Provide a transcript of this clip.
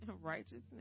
righteousness